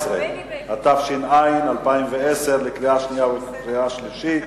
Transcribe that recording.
14), התש"ע 2010, קריאה שנייה וקריאה שלישית.